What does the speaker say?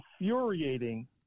infuriating